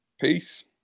Peace